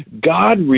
God